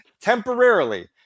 temporarily